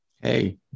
Hey